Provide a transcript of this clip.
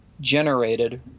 generated